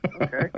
Okay